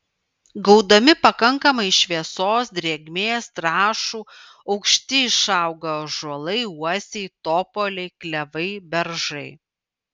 gaudami pakankamai šviesos drėgmės trąšų aukšti išauga ąžuolai uosiai topoliai klevai beržai